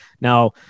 Now